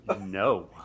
no